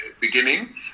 beginning